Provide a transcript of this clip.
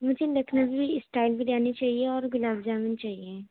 مجھے لکھنوی اسٹئل بریانی چاہیے اور گلاب جامن چاہیے